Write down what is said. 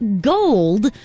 gold